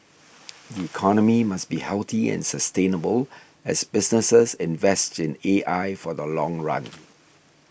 the economy must be healthy and sustainable as businesses invest in A I for the long run